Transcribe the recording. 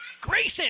Grayson